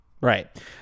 Right